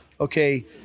okay